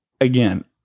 Again